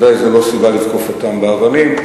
בוודאי זו לא סיבה לתקוף אותם באבנים,